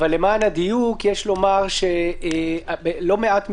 אבל למען הדיוק יש לומר שבלא מעט מקרים,